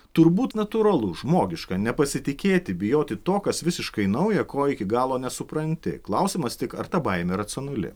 turbūt natūralu žmogiška nepasitikėti bijoti to kas visiškai nauja ko iki galo nesupranti klausimas tik ar ta baimė racionali